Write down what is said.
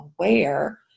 aware